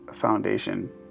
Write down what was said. foundation